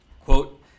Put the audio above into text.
Quote